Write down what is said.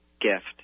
gift